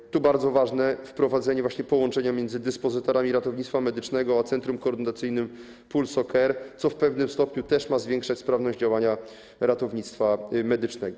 Tu jest bardzo ważne wprowadzenie właśnie połączenia między dyspozytorami ratownictwa medycznego a centrum koordynacyjnym PulsoCare, co w pewnym stopniu też ma zwiększać sprawność działania ratownictwa medycznego.